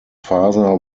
father